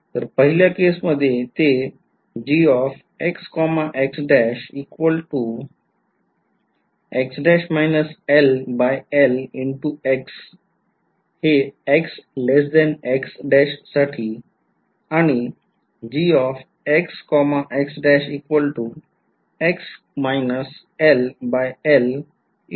तर पहिल्या केसमध्ये ते असे असणार आहे